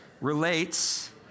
relates